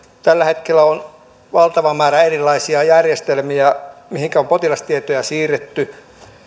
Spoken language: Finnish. tällä hetkellä on valtava määrä erilaisia järjestelmiä mihinkä on potilastietoja siirretty